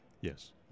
yes